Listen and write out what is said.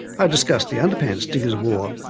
i discussed the underpants diggers wore,